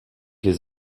les